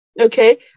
okay